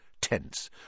tense